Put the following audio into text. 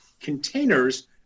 containers